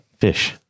fish